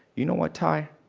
you know, ah tai?